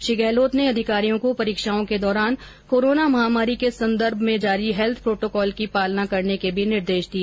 श्री गहलोत ने अधिकारियों को परीक्षाओं के दौरान कोरोना महामारी के संदर्भ में जारी हैल्थ प्रोटोकॉल की पालना करने के भी निर्देश दिए